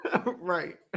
Right